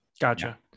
Gotcha